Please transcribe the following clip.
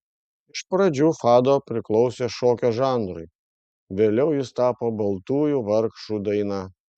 iš pradžių fado priklausė šokio žanrui vėliau jis tapo baltųjų vargšų daina